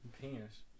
Penis